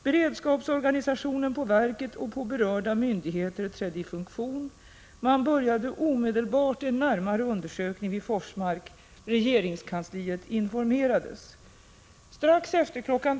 Beredskapsorganisationen på verket och på berörda myndigheter trädde i funktion. Man började omedelbart en närmare undersökning vid Forsmark. Regeringskansliet informerades. Strax efter kl.